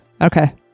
Okay